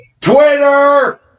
Twitter